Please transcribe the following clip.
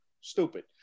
Stupid